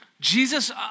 Jesus